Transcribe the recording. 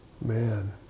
Man